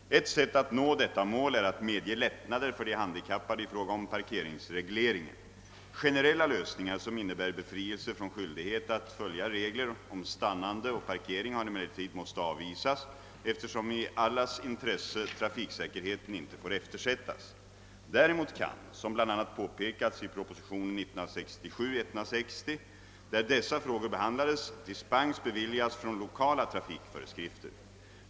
Ett sätt att nå detta mål är att medge lättnader för de handikappade i fråga om = parkeringsregleringen. Generella lösningar som innebär befrielse från skyldighet att följa regler om stannande och parkering har emellertid måst avvisas, eftersom i allas intresse itrafiksäkerheten inte får eftersättas. Däremot kan, som bl.a. påpekats i propositionen 160 år 1967 där dessa frågor behandiades, dispens beviljas från lokala trafikföreskrifter.